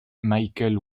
michael